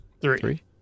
Three